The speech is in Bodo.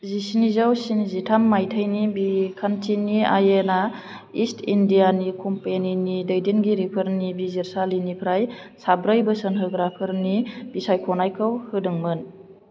जिस्निजौ स्निजिथाम मायथाइनि बिखानथिनि आयेना इस्ट इन्दियानि कम्पानिनि दैदेनगिरिफोरनि बिजिरसालिनिफ्राय साब्रै बोसोनहोग्राफोरनि बिसायख'नायखौ होदोंमोन